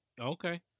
okay